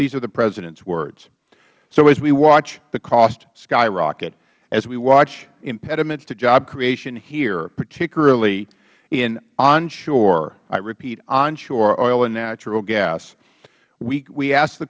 these are the president's words so as we watch the cost skyrocket as we watch impediments to job creation here particularly in onshoreh i repeat onshore oil and natural gas we ask the